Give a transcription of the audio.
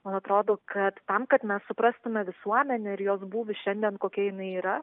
man atrodo kad tam kad mes suprastume visuomenę ir jos būvį šiandien kokia jinai yra